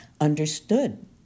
understood